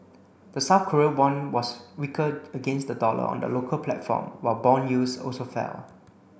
the South Korean won was weaker against the dollar on the local platform while bond yields also fell